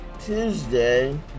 Tuesday